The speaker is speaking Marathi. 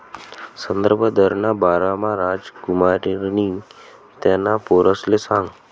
संदर्भ दरना बारामा रामकुमारनी त्याना पोरसले सांगं